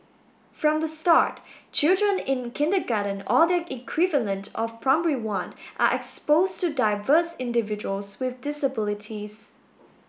from the start children in kindergarten or their equivalent of Primary One are exposed to diverse individuals with disabilities